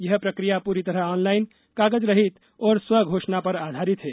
यह प्रक्रिया पूरी तरह ऑनलाइन कागज रहित और स्व घोषणा पर आधारित है